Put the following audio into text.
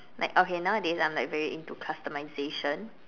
like okay nowadays I'm like very into customization